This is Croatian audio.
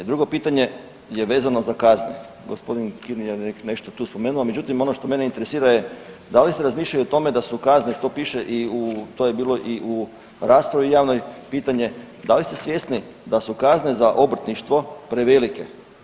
Drugo pitanje je vezano za kazne, gospodin Kliman je to ovdje spomenuo, međutim, ono što mene interesira je dali ste razmišljali o tome da su kazne, to piše i u, to je bilo i u raspravi javnoj pitanje, dali ste svjesni da su kazne za obrtništvo prevelike.